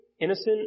innocent